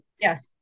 yes